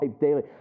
daily